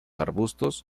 arbustos